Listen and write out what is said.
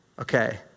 Okay